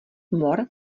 mor